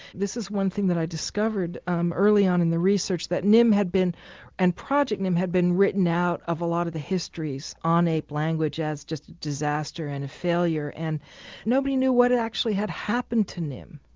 this is one thing that i discovered um early on in the research that nim had been and project nim had been written out of a lot of the histories on ape language as just a disaster and a failure. and nobody knew what actually had happened to nim.